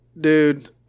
dude